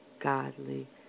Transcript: godly